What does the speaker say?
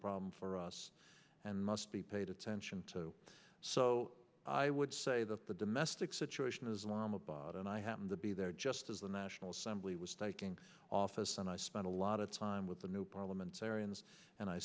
problem for us and must be paid attention to so i would say that the domestic situation islam about and i happen to be there just as the national assembly was taking office and i spent a lot of time with the new parliamentarian's and i